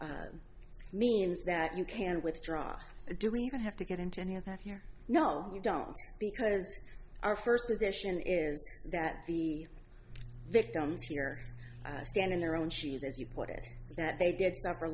means that you can withdraw do you have to get into any of that here no you don't because our first position is that the victims here stand in their own she is as you put it that they did suffer